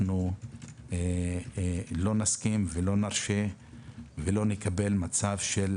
אנחנו לא נסכים ולא נרשה ולא נקבל מצב של